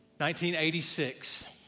1986